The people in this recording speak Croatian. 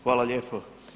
Hvala lijepo.